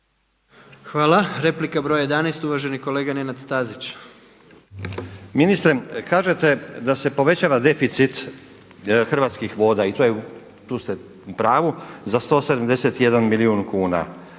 Hvala. Replika broj 11 uvaženi kolega Nenad Stazić. **Stazić, Nenad (SDP)** Ministre kažete da se povećava deficit Hrvatskih voda i tu ste upravu za 171 milijun kuna,